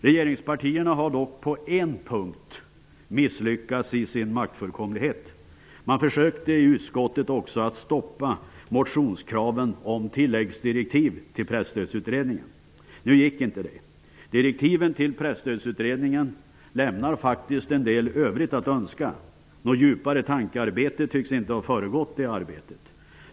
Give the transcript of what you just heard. Regeringspartierna har dock på en punkt misslyckats i sin maktfullkomlighet. Man försökte i utskottet att också stoppa motionskraven angående tilläggsdirektiv till Presstödsutredningen. Nu gick inte det. Direktiven till Presstödsutredningen lämnar faktiskt en del övrigt att önska. Någon djupare tankeverksamhet tycks inte ha föregått det arbetet.